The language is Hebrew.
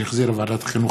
שהחזירה ועדת החינוך,